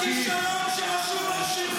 --- 7 באוקטובר, כישלון שרשום על שמך.